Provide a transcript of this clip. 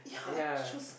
yeah